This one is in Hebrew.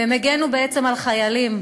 והם הגנו בעצם על חיילים.